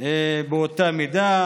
באותה מידה.